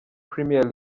premier